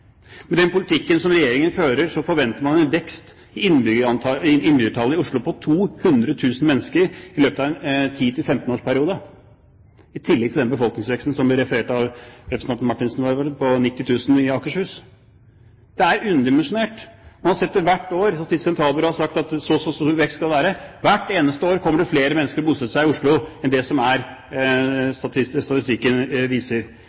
Med den politikken som Regjeringen fører, forventer man en vekst i innbyggertallet i Oslo på 200 000 mennesker i løpet av en 10–15-årsperiode, i tillegg til den befolkningsveksten som ble referert til av representanten Marthinsen – var det vel – på 90 000 i Akershus. Det er underdimensjonert. Statistisk sentralbyrå har sagt at så og så stor vekst vil det være. Hvert eneste år kommer det flere mennesker og bosetter seg i Oslo enn det statistikken viser. Det burde man også ta hensyn til når man ser på sykehuskapasitet. Det er